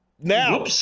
now